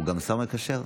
הוא גם השר המקשר.